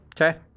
Okay